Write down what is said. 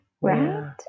Right